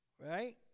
Right